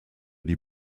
die